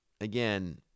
again